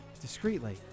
discreetly